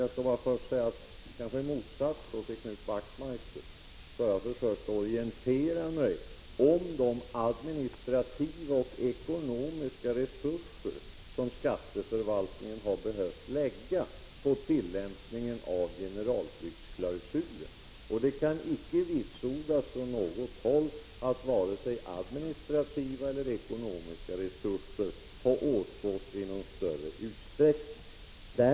Jag skall först säga att jag, kanske i motsats till Knut Wachtmeister, har försökt orientera mig om de administrativa och ekonomiska resurser som skatteförvaltningen har behövt lägga på tillämpningen av generalflyktklausulen. Det kan inte vitsordas från något håll att vare sig administrativa eller ekonomiska resurser har åtgått i någon större utsträckning.